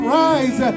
rise